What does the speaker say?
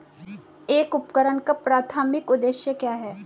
एक उपकरण का प्राथमिक उद्देश्य क्या है?